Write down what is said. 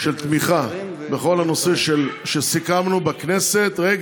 של תמיכה בכל הנושא שסיכמנו בכנסת, תודה